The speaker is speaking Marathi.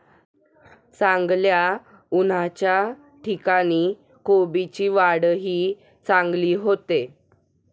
चांगल्या उन्हाच्या ठिकाणी कोबीची वाढही चांगली होते